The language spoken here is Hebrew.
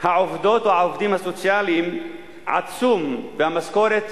העובדות והעובדים הסוציאליים עצום והמשכורות,